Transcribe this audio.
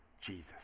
Jesus